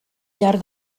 llar